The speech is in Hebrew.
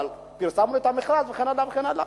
כי פרסמנו את המכרז וכן הלאה וכן הלאה.